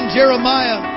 Jeremiah